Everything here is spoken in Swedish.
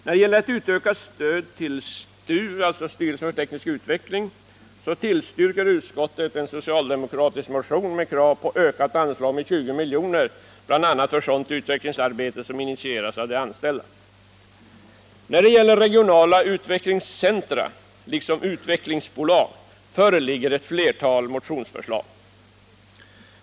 När det gäller ett utökat stöd till STU, alltså styrelsen för teknisk utveckling, tillstyrker utskottet en socialdemokratisk motion med krav på ett med 20 miljoner ökat anslag, bl.a. för sådant utvecklingsarbete som initieras av de anställda. När det gäller regionala utvecklingscentra liksom regionala utvecklingsbolag föreligger ett flertal motionsförslag.